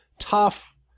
tough